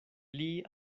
pli